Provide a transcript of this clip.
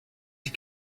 ich